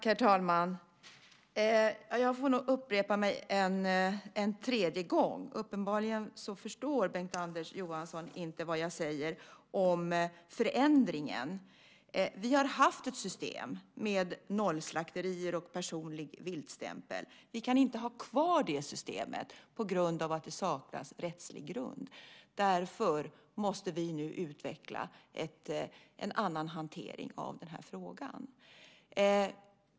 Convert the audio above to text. Herr talman! Jag får upprepa det som jag har sagt en tredje gång. Uppenbarligen förstår Bengt-Anders Johansson inte vad jag säger om förändringen. Vi har haft ett system med nollslakterier och personlig viltstämpel. Vi kan inte ha kvar det systemet på grund av att det saknas rättslig grund. Därför måste vi nu utveckla en annan hantering av denna fråga.